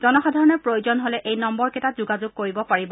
জনসাধাৰণে প্ৰয়োজন হলে এই নম্বৰ কেইটাত যোগাযোগ কৰিব পাৰিব